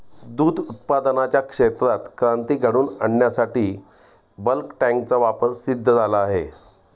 दूध उत्पादनाच्या क्षेत्रात क्रांती घडवून आणण्यासाठी बल्क टँकचा वापर सिद्ध झाला आहे